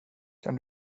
kan